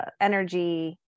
energy